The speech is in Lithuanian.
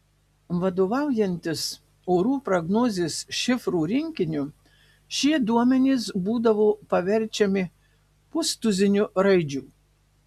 vadovaujantis orų prognozės šifrų rinkiniu šie duomenys būdavo paverčiami pustuziniu raidžių